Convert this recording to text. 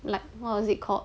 like what was it called